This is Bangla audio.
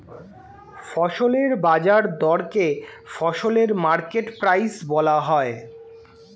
ফসলের বাজার দরকে ফসলের মার্কেট প্রাইস বলা হয়